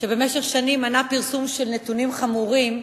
שבמשך שנים מנע פרסום של נתונים חמורים,